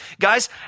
Guys